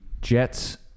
Jets